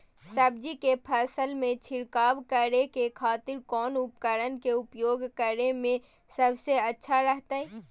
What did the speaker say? सब्जी के फसल में छिड़काव करे के खातिर कौन उपकरण के उपयोग करें में सबसे अच्छा रहतय?